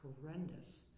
horrendous